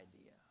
idea